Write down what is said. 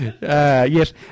Yes